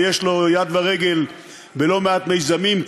ויש לו יד ורגל בלא מעט מיזמים,